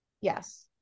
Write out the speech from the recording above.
Yes